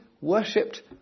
worshipped